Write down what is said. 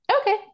Okay